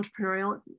entrepreneurial